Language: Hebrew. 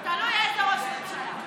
תלוי איזה ראש ממשלה.